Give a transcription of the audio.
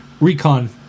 recon